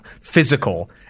physical